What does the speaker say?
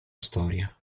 storia